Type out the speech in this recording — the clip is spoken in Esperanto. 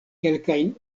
kelkajn